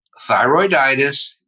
thyroiditis